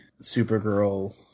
Supergirl